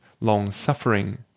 long-suffering